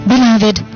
Beloved